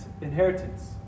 inheritance